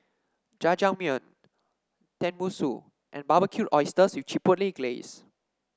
Jajangmyeon Tenmusu and Barbecued Oysters with Chipotle Glaze